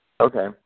Okay